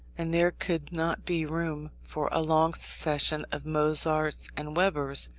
and there could not be room for a long succession of mozarts and webers,